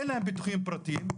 אין להם ביטוחים פרטיים,